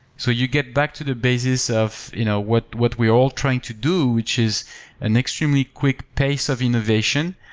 so you get back to the basis of you know what what we're all trying to do, which is an extremely quick pace of innovation,